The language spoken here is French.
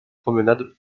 promenade